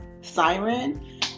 siren